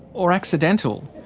or accidental?